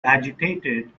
agitated